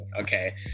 okay